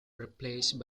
replaced